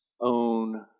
own